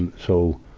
and so,